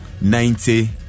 ninety